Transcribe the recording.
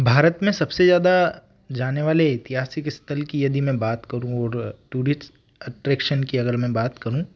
भारत में सबसे ज़्यादा जाने वाले ऐतिहासिक स्थल की यदि मैं बात करूँ और टूरिट्स अट्रैक्शन की अगर मैं बात करूँ